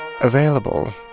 Available